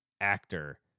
actor